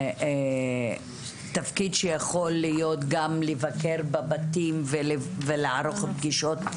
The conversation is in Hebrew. תפקיד שיכול להיות גם לבקר בבתים ולערוך פגישות,